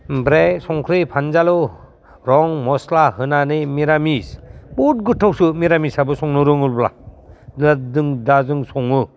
ओमफ्राय संख्रि फानलु रं मस्ला होनानै मिरामिस बुहुद गोथावथ' मिरामिसाबो संनो रोङोब्ला एखदम दा जों सङो